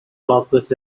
blockers